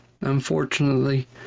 Unfortunately